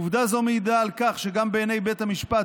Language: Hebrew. עובדה זו מעידה על כך שגם בעיני בית המשפט,